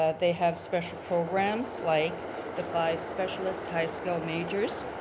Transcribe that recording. ah they have special programs like the five specialist high skill majors.